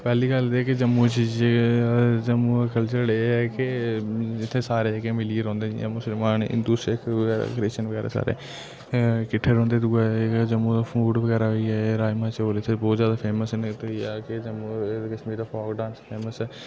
पैह्ली गल्ल ते एह् ऐ कि जम्मू च जम्मू दा कल्चर एह् ऐ कि इ'त्थें सारे जेह्के मिलियै रौह्ंदे जि'यां मुस्लमान हिन्दू सिक्ख बगैरा क्रिच्शियन बगैरा सारे किट्ठे रौह्ंदे दूआ जेह्का जम्मू दा फूड बगैरा होइया राजमांह् चोल इ'त्थें बहोत जादै फेमस न इ'त्थुं दे जम्मू कश्मीर दा फोक डांस फेमस ऐ